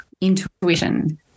intuition